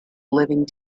living